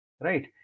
right